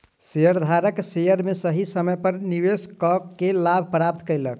शेयरधारक शेयर में सही समय पर निवेश कअ के लाभ प्राप्त केलक